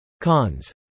Cons